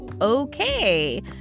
Okay